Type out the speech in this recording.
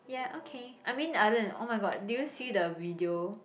ya okay I mean the other oh my god do you see the video